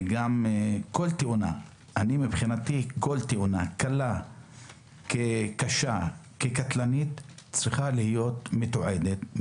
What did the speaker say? תאונה קלה כקשה וכקטלנית צריכה להיות מתועדת,